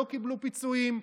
לא קיבלו פיצויים,